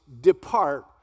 depart